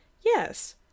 Yes